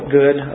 good